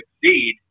succeed